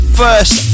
first